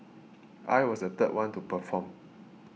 I was the third one to perform